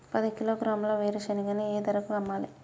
పది కిలోగ్రాముల వేరుశనగని ఏ ధరకు అమ్మాలి?